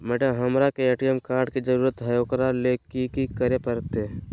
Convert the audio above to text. Madam, हमरा के ATM card के जरूरत है ऊकरा ले की की करे परते?